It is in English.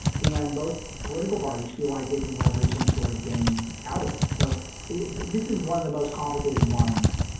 and both political parties feel like they can leverage leverage some sort of gain out of it. so this is one of the most complicated ones,